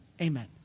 Amen